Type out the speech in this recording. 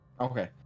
Okay